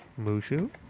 Mushu